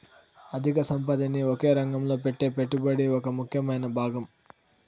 అధిక సంపదని ఒకే రంగంలో పెట్టే పెట్టుబడి ఒక ముఖ్యమైన భాగం